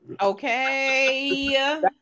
Okay